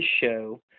show